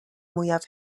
mwyaf